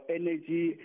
energy